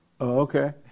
Okay